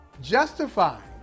justifying